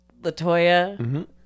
Latoya